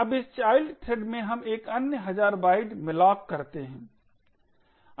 अब इस child thread में हम एक अन्य हजार बाइट malloc करते हैं